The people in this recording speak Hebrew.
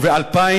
וב-2000,